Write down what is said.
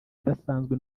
udasanzwe